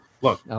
Look